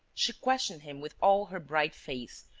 she questioned him with all her bright face,